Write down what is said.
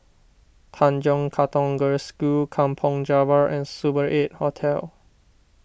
Tanjong Katong Girls' School Kampong Java and Super eight Hotel